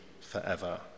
forever